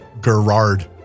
Gerard